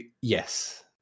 yes